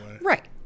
Right